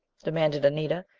demanded anita.